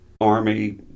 Army